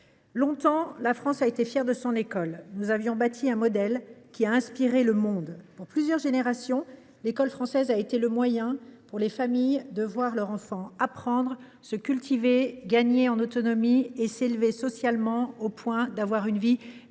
Longtemps, la France a été fière de son école. Nous avions bâti un modèle qui a inspiré le monde. Pendant plusieurs générations, l’école française a été le moyen par lequel les enfants ont pu apprendre, se cultiver, gagner en autonomie et s’élever socialement, au point d’avoir une vie meilleure